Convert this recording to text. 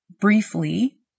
briefly